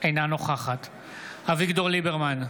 אינה נוכחת אביגדור ליברמן,